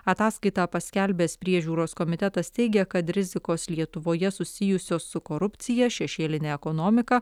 ataskaitą paskelbęs priežiūros komitetas teigia kad rizikos lietuvoje susijusios su korupcija šešėline ekonomika